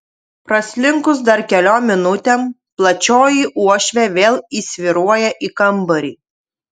praslinkus dar keliom minutėm plačioji uošvė vėl įsvyruoja į kambarį